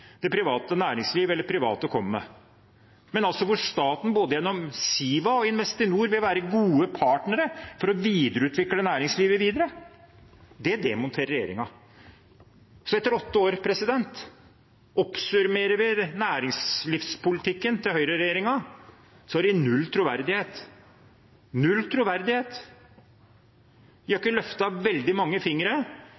det private næringsliv, eller private, kommer med, men hvor staten gjennom både Siva og Investinor vil være gode partnere for å videreutvikle næringslivet. Det demonterer regjeringen. Etter åtte år, når vi oppsummerer næringslivspolitikken til høyreregjeringen, har den null troverdighet – null troverdighet.